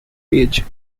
page